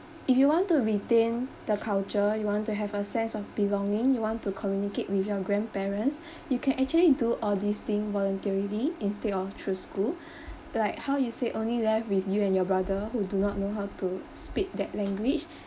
if you want to retain the culture you want to have a sense of belonging you want to communicate with your grandparents you can actually do all this thing voluntarily instead of through school like how you say only left with you and your brother who do not know how to speak that language